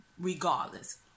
regardless